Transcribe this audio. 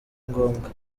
ngombwa